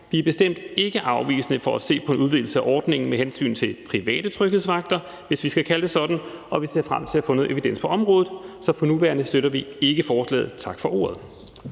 Vi er bestemt ikke afvisende over for at se på en udvidelse af ordningen med hensyn til private tryghedsvagter, hvis vi skal kalde det sådan, og vi ser frem til at få noget evidens på området, så for nuværende støtter vi ikke forslaget. tak for ordet.